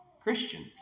Christian